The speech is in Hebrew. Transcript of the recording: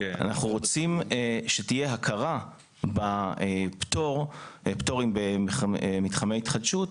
אנחנו רוצים שתהיה הכרה בפטורים במתחמי התחדשות,